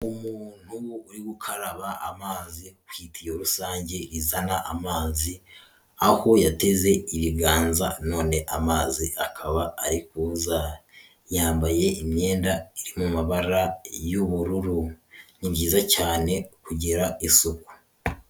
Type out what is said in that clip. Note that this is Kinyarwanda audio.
Umuntu uri gukaraba amazi ku itiyo rusange izana amazi, aho yateze ibiganza none amazi akaba ari kuza, yambaye imyenda iri mu mabara y'ubururu, ni byiza cyane kugira isuku.